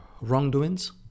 wrongdoings